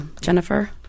Jennifer